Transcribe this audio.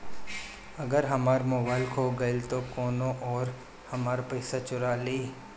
अगर हमार मोबइल खो गईल तो कौनो और हमार पइसा चुरा लेइ?